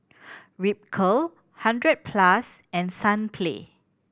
Ripcurl Hundred Plus and Sunplay